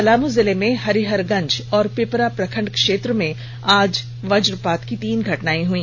पलामू जिले में हरिहरगंज और पिपरा प्रखंड क्षेत्र में आज वजपात की तीन घटनायें हुई